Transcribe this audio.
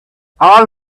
all